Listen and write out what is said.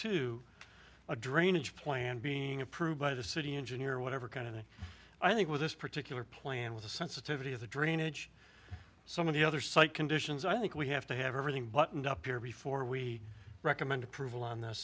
to a drainage plan being approved by the city engineer whatever kind of thing i think with this particular plan with the sensitivity of the drainage some of the other site conditions i think we have to have everything buttoned up here before we recommend approval on this